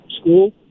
school